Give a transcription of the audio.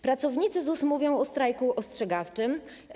Pracownicy ZUS mówią o strajku ostrzegawczym.